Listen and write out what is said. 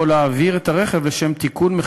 או להעביר את הרכב לשם תיקונו,